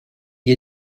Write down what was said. gli